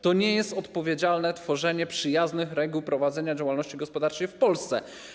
To nie jest odpowiedzialne tworzenie przyjaznych reguł prowadzenia działalności gospodarczej w Polsce.